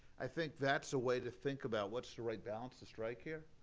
i think that's a way to think about what's the right balance to strike here.